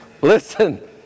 Listen